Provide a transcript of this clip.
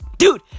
Dude